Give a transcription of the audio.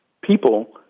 people